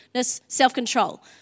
self-control